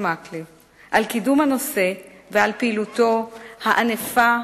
מקלב על קידום הנושא ועל פעילותו הענפה,